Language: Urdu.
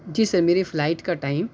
جی سر میری فلائٹ کا ٹائم